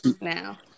now